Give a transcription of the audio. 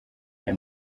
aya